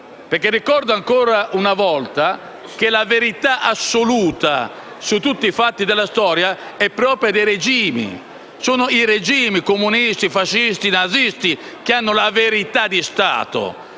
Ricordo, ancora una volta, che la verità assoluta sui fatti della storia è propria dei regimi. Sono i regimi - comunisti, nazisti e fascisti - che hanno la verità di Stato.